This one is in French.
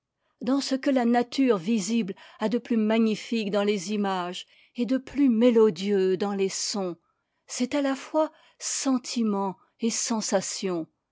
dans ce que la nature visible a de plus magnifique dans les images et de plus mélodieux dans les sons c'est à la fois sentiment et sensation